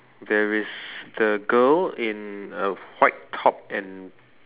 there is the girl in a white top and